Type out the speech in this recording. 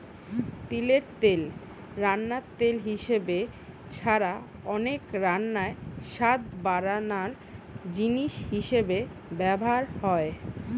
তিলের তেল রান্নার তেল হিসাবে ছাড়া অনেক রান্নায় স্বাদ বাড়ানার জিনিস হিসাবে ব্যভার হয়